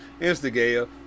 instigator